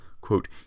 quote